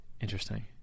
interesting